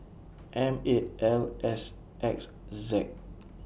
M eight L S X Z